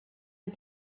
and